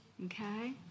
Okay